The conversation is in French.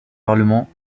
parlements